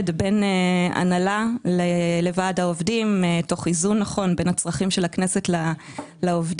בין הנהלה לוועד העובדים תוך איזון נכון בין הצרכים של הכנסת לעובדים.